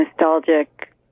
nostalgic